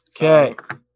Okay